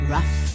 Rough